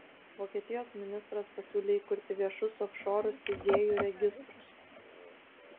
vokietijos ministras pasiūlė įkurti viešus ofšorų steigėjų registrus